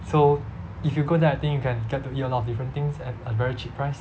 so if you go there I think you can get to eat a lot of different things at a very cheap price